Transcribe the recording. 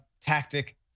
tactic